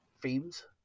themes